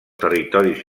territoris